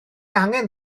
angen